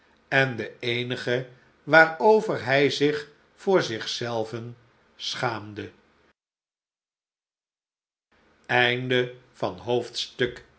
en de eenige warover hij zich voor zich zelven schaamde